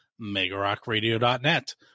megarockradio.net